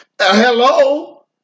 Hello